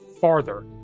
farther